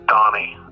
Donnie